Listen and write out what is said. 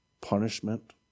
punishment